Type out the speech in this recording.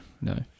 No